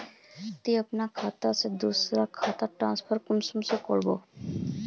तुई अपना खाता से दूसरा खातात ट्रांसफर कुंसम करे करबो?